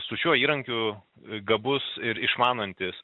su šiuo įrankiu gabus ir išmanantis